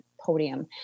podium